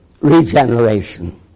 Regeneration